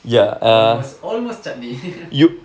almost almost chutney